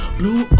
blue